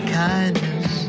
kindness